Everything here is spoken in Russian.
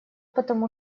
потому